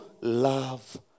love